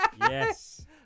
yes